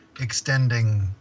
extending